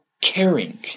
caring